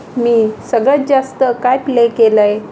मी सगळ्यात जास्त काय प्ले केलं आहे